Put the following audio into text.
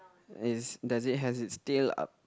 is does it has it tail up